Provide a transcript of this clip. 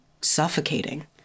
suffocating